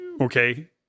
okay